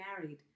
married